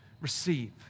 receive